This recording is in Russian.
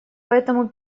поэтому